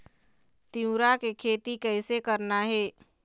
तिऊरा के खेती कइसे करना हे?